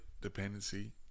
dependency